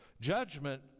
Judgment